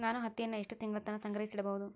ನಾನು ಹತ್ತಿಯನ್ನ ಎಷ್ಟು ತಿಂಗಳತನ ಸಂಗ್ರಹಿಸಿಡಬಹುದು?